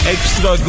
Extra